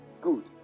Good